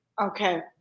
Okay